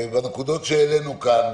והנקודות שהעלינו כאן.